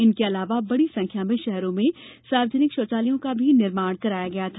इनके आलावा बड़ी संख्या में शहरों में सार्वजनिक शौचालयों का भी निर्माण कराया गया था